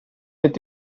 mit